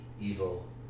evil